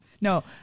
No